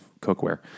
cookware